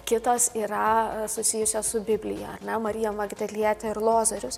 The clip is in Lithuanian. kitos yra susijusios su biblija ar ne marija magdalietė ir lozorius